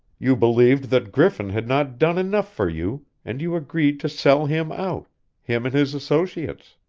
you believed that griffin had not done enough for you and you agreed to sell him out him and his associates.